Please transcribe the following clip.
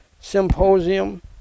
symposium